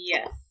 Yes